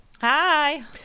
Hi